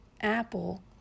Apple